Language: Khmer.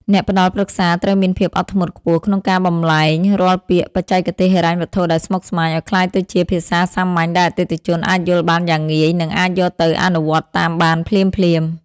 អ្នកផ្ដល់ប្រឹក្សាត្រូវមានភាពអត់ធ្មត់ខ្ពស់ក្នុងការបម្លែងរាល់ពាក្យបច្ចេកទេសហិរញ្ញវត្ថុដែលស្មុគស្មាញ ឱ្យក្លាយទៅជាភាសាសាមញ្ញដែលអតិថិជនអាចយល់បានយ៉ាងងាយ និងអាចយកទៅអនុវត្តតាមបានភ្លាមៗ។